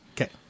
Okay